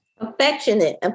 Affectionate